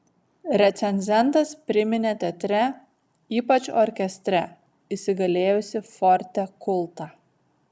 recenzentas priminė teatre ypač orkestre įsigalėjusį forte kultą